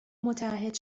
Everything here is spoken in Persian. متعهد